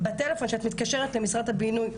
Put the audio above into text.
בטלפון שאני מתקשרת למשרד הבינוי,